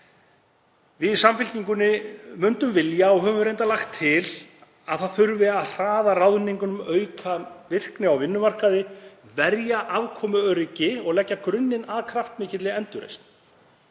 Við í Samfylkingunni myndum vilja og höfum reyndar lagt til að hraða ráðningum, auka virkni á vinnumarkaði, verja afkomuöryggi og leggja grunninn að kraftmikilli endurreisn.